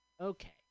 Okay